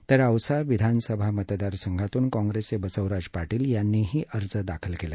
तर औसा विधानसभा मतदारसंघातून काँप्रेसचे बसवराज पाटील यांनीही अर्ज दाखल केला